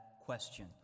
question